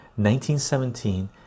1917